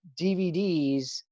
DVDs